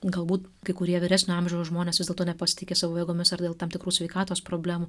galbūt kai kurie vyresnio amžiaus žmonės vis dėlto nepasitiki savo jėgomis ar dėl tam tikrų sveikatos problemų